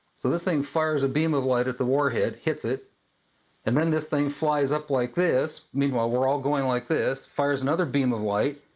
so this thing fires a beam of light at the warhead, hits it and then this thing flies up, like this, meanwhile, we're all going like this, fires another beam of light,